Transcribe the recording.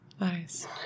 Nice